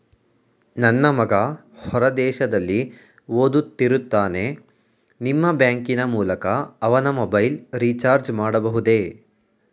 ನನ್ನ ಮಗ ಹೊರ ದೇಶದಲ್ಲಿ ಓದುತ್ತಿರುತ್ತಾನೆ ನಿಮ್ಮ ಬ್ಯಾಂಕಿನ ಮೂಲಕ ಅವನ ಮೊಬೈಲ್ ರಿಚಾರ್ಜ್ ಮಾಡಬಹುದೇ?